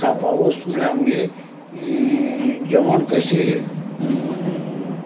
खावपा वस्त म्हूणल्यार आमगेर जेवण कशें